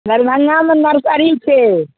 दरभङ्गामे नर्सरी छै